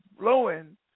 blowing